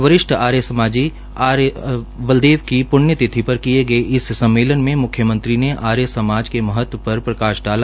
वरिष्ठ आर्य समाजी आचार्य बलदेव की प्ण्यतिथि पर किये गये इस सम्मेलन में म्ख्यमंत्री ने आर्य समाज के महत्व पर प्रकाश डाला